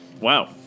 Wow